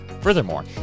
Furthermore